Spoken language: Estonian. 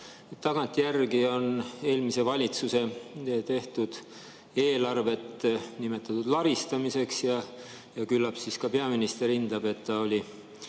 Tagantjärele on eelmise valitsuse tehtud eelarvet nimetatud laristamiseks ja küllap ka peaminister hindab, et ta oli